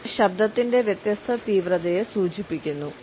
pitch ശബ്ദത്തിന്റെ വ്യത്യസ്ത തീവ്രതയെ സൂചിപ്പിക്കുന്നു